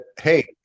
hey